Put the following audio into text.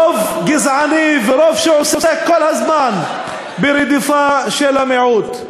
רוב גזעני, רוב שעוסק כל הזמן ברדיפה של המיעוט.